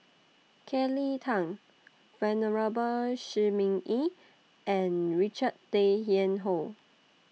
Kelly Tang Venerable Shi Ming Yi and Richard Tay Tian Hoe